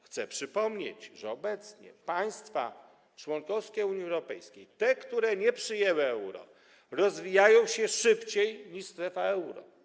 Chcę przypomnieć, że obecnie państwa członkowskie Unii Europejskiej, te, które nie przyjęły euro, rozwijają się szybciej niż te ze strefy euro.